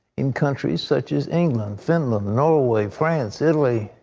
in countries such as england, finland, norway, france, italy,